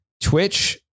Twitch